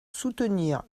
soutenir